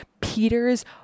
Peter's